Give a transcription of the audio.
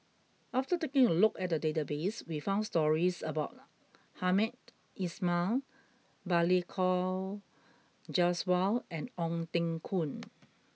after taking a look at the database we found stories about Hamed Ismail Balli Kaur Jaswal and Ong Teng Koon